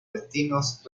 destinos